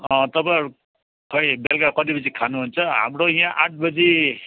तपाईँहरू खै बेलुका कति बजी खानुहुन्छ हाम्रो यहाँ आठ बजी